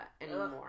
anymore